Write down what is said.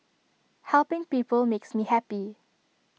helping people makes me happy